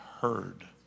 heard